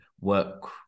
work